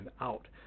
out